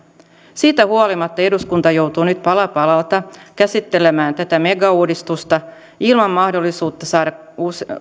siitä huolimatta eduskunta joutuu nyt pala palalta käsittelemään tätä megauudistusta ilman mahdollisuutta saada